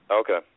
okay